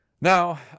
Now